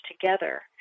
together